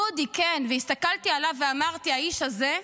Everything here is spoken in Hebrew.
דודי, כן, והסתכלתי עליו ואמרתי: האיש הזה,